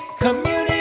community